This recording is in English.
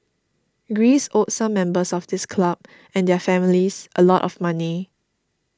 Greece owed some members of this club and their families a lot of money